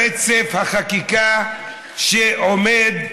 רצף החקיקה שעומד,